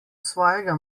svojega